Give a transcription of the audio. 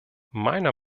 meiner